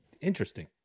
Interesting